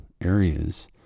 areas